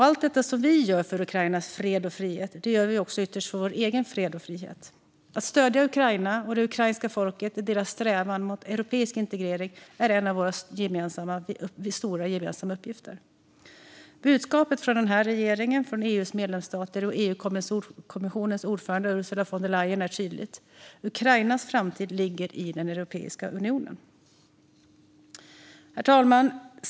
Allt detta som vi gör för Ukrainas fred och frihet gör vi också ytterst för vår egen fred och frihet. Att stödja Ukraina och det ukrainska folket i deras strävan mot europeisk integrering är en av våra stora gemensamma uppgifter. Budskapet från den här regeringen, EU:s medlemsstater och EU-kommissionens ordförande Ursula von der Leyen är tydligt: Ukrainas framtid ligger i Europeiska unionen. Herr talman!